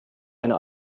eine